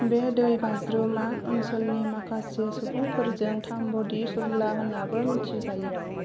बे दै बाज्रुमआ ओनसोलनि माखासे सुबुंफोरजों थामबदि सुर्ला होननाबो मिथिजायो